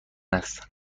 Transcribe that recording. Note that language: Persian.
است